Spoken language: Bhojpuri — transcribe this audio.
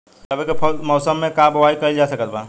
रवि के मौसम में का बोआई कईल जा सकत बा?